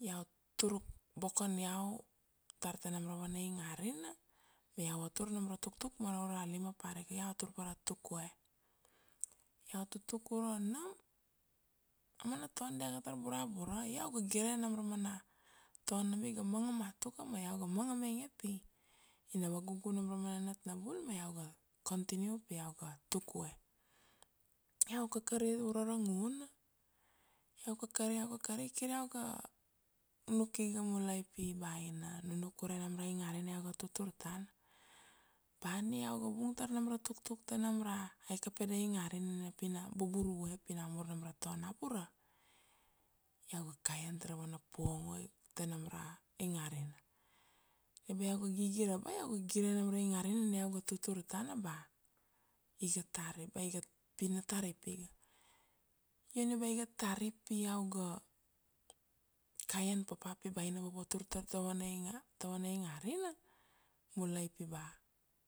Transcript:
Iau tur bokon iau tar ta nam ra vana ingarina ma iau vatur nam ra tuktuk ma ra ura lima parika, iau tur para tukvue, iau tutuk uro nam, a mana ton dia ga tar burabura, io iau ga gire nam ra mana ton nam iga manga matuka ma iau ga manga mainge pi ina vagugu nam ra mana nat na bul ma iau ga continue pi iau ga tukvue. Iau kakari uro ra nguna, iau kakari, iau kakari, kir iau ga nuk iga mulai pi ba ina nunuk ure nam ra ingarina iau ga tutur tana. Ba ania iau ga vung tar nam ra tuktuk ta nam ra aika pede ingarina nina pi na bubur vue pi namur nam ra ton na bura, iau ga kaian tara vana puongo ta nam ra ingarina. Io bea iau ga gigira ba iau ga gire nam ra ingarina nina iau tutur tana ba iga tarip, pi na tarip iga. Io nina ba iga tarip pi iau ga kaian papa pi ba ina vavatur tar ta vana inga ta vana ingarina mulai pi ba,